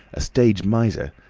a stage miser,